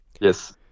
yes